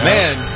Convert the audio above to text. Man